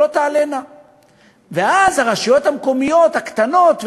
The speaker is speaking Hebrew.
או אולי ללכת לתכונות של התנהגות,